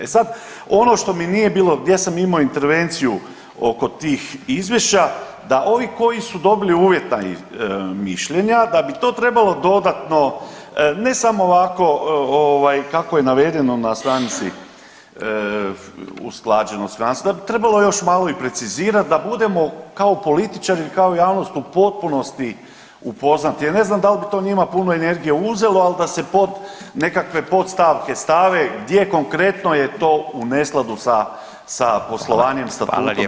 E sad ono što mi nije bilo, gdje sam imao intervenciju oko tih izvješća da ovi koji su dobili uvjetna mišljenja da bi to trebalo dodatno ne samo ovako ovaj kako je navedeno na stranici usklađeno … [[Govornik se ne razumije]] trebalo je još malo i precizirat da budemo kao političari ili kao javnost u potpunosti upoznati, ja ne znam dal bi to njima puno energije uzelo, al da se pod nekakve podstavke stave gdje konkretno je to u neskladu sa, sa poslovanjem, statutom, zakonom, evo.